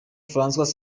francois